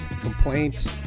complaints